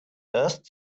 erst